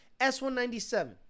S197